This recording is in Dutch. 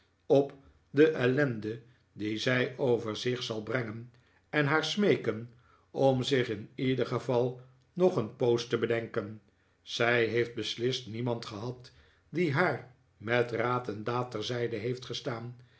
op de ellende die zij over zich zal brengen en haar smeeken om zich in ieder geval nog een poos te bedenken zij heeft beslist niemand gehad die haar met raad en daad terzijde heert gestaan